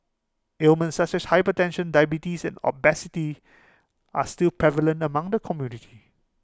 ailments such as hypertension diabetes and obesity are still prevalent among the community